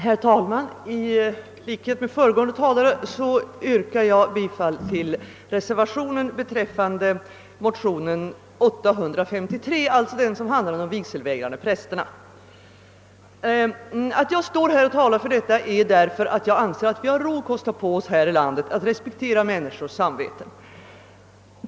Herr talman! I likhet med föregående talare yrkar jag bifall till reservationen i anslutning till motion II: 853, som handlar om de vigselvägrande prästerna. Jag står här och talar därför att jag anser att vi har råd att kosta på oss respekt för människors samveten.